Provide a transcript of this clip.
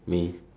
me